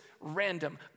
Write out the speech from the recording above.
random